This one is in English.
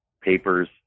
papers